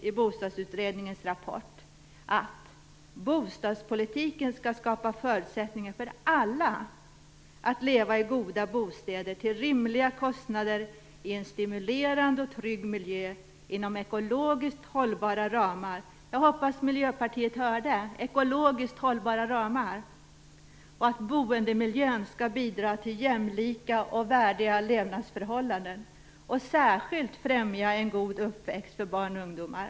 I Bostadsutredningens rapport sägs det: "Bostadspolitiken skall skapa förutsättningar för alla att leva i goda bostäder till rimliga kostnader i en stimulerande och trygg miljö inom ekologiskt hållbara ramar" - jag hoppas att Miljöpartiet hör detta - "och att boendemiljön skall bidra till jämlika och värdiga levnadsförhållanden och särskilt främja en god uppväxt för barn och ungdomar."